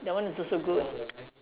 that one is also good